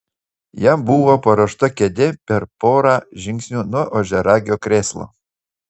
jam buvo paruošta kėdė per porą žingsnių nuo ožiaragio krėslo